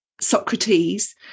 Socrates